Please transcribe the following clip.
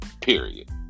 Period